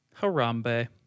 Harambe